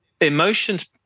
emotions